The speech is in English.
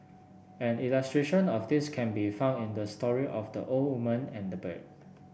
an illustration of this can be found in the story of the old woman and the bird